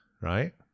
right